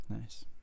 Nice